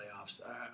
playoffs